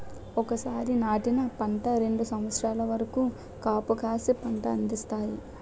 ఒకసారి నాటిన పంట రెండు సంవత్సరాల వరకు కాపుకాసి పంట అందిస్తాయి